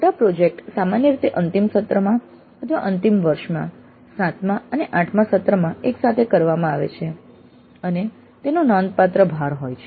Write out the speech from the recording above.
મોટા પ્રોજેક્ટ સામાન્ય રીતે અંતિમ સત્રમાં અથવા અંતિમ વર્ષમાં 7મા અને 8મા સત્રમાં એકસાથે કરવામાં આવે છે અને તેનો નોંધપાત્ર ભાર હોય છે